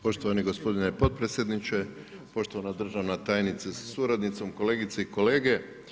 Poštovani gospodine potpredsjedniče, poštovana državna tajnice sa suradnicom, kolegice i kolege.